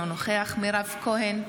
אינו נוכח מירב כהן,